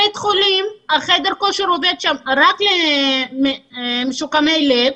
בבית חולים חדר הכושר פועל רק עבור משוקמי לב,